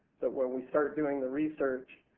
but when we start doing the research,